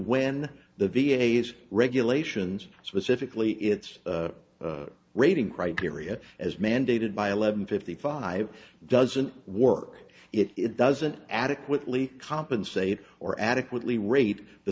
when the v a s regulations specifically its rating criteria as mandated by eleven fifty five doesn't work it doesn't adequately compensate or adequately rate the